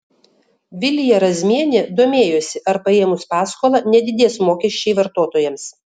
vilija razmienė domėjosi ar paėmus paskolą nedidės mokesčiai vartotojams